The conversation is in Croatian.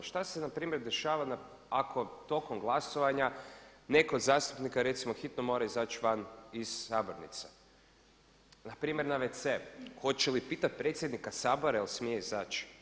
Šta se na primjer dešava ako tokom glasovanja netko od zastupnica recimo hitno mora izaći van iz sabornice, na primjer na wc, hoće li pitati predsjednika Sabora je li smije izaći?